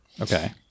Okay